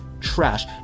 trash